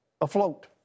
afloat